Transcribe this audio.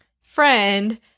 friend